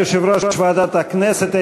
תודה ליושב-ראש ועדת הכנסת.